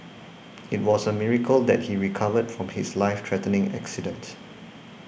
it was a miracle that he recovered from his life threatening accident